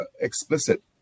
explicit